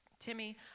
Timmy